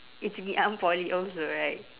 it's ngee ann poly also right